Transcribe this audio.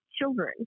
children